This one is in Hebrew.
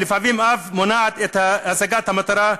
ולפעמים אף מונעת את השגת המטרה,